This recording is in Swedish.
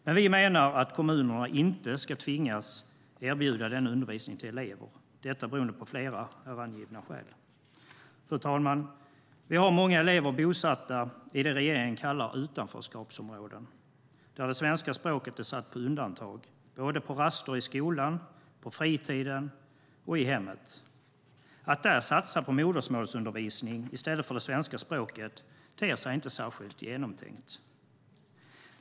Men vi menar att kommunerna inte ska tvingas erbjuda denna undervisning till elever, detta beroende på flera här angivna skäl. Fru talman! Vi har många elever bosatta i det som regeringen kallar utanförskapsområden, där det svenska språket är satt på undantag såväl på raster i skolan som på fritiden och i hemmet. Att där satsa på modersmålsundervisning i stället för det svenska språket ter sig inte särskilt genomtänkt.